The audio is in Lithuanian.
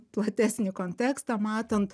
platesnį kontekstą matant